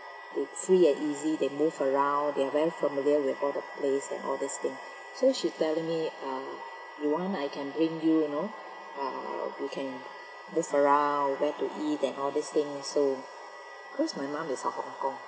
it's free and easy they move around they're very familiar with all the place and these thing so she telling me ah you want I can bring you you know uh you can move around where to eat and all these things so because my mum is a hong kong